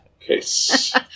case